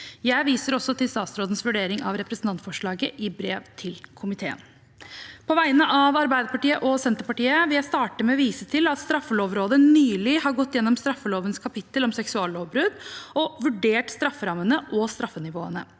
Jeg viser også til statsrådens vurdering av representantforslaget i brev til komiteen. På vegne av Arbeiderpartiet og Senterpartiet vil jeg starte med å vise til at Straffelovrådet nylig har gått gjennom straffelovens kapittel om seksuallovbrudd og vurdert strafferammene og straffenivåene.